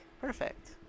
Perfect